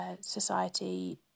society